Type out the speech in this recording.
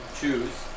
choose